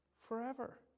forever